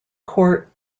court